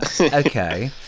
okay